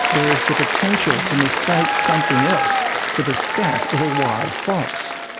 there's the potential to mistake something else for the scat of a wild fox.